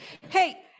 hey